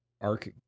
Arc